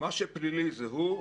מה שפלילי זה הוא,